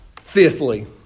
Fifthly